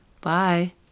Bye